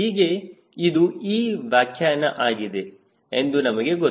ಹೀಗೆ ಇದು E ವ್ಯಾಖ್ಯಾನ ಆಗಿದೆ ಎಂದು ನಮಗೆ ಗೊತ್ತು